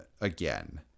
again